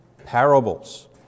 parables